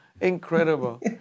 incredible